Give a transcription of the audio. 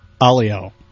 Alio